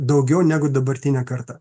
daugiau negu dabartinė karta